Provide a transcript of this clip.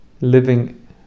living